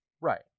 Right